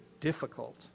difficult